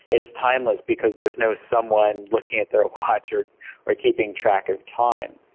it's timeless because there's no someone looking at their watch or or keeping track of time.